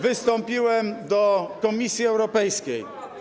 Wystąpiłem do Komisji Europejskiej.